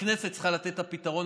הכנסת צריכה לתת את הפתרון.